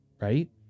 Right